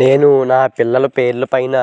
నేను నా పిల్లల పేరు పైన